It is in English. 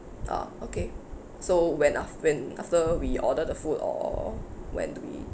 orh okay so when af~ when after we order the food or when do we